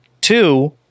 two